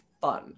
fun